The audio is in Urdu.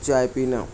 چائے پینا